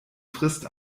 frist